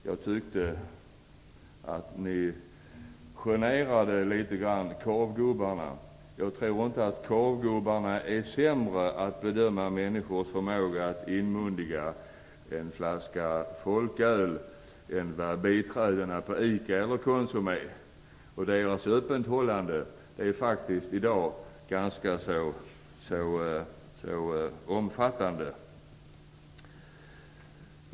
Jag tyckte att ni generade korvgubbarna litet grand. Jag tror inte att korvgubbarna är sämre att bedöma människors förmåga att inmundiga en flaska folköl än vad biträdena på ICA eller Konsum är. Butikernas öppethållande är faktiskt i dag ganska så omfattande.